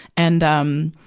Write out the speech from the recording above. and, um,